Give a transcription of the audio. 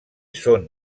són